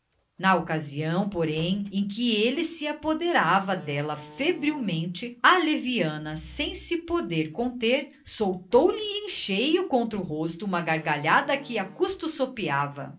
na ocasião porém em que ele se apoderava dela febrilmente a leviana sem se poder conter soltou lhe em cheio contra o rosto uma gargalhada que a custo sopeava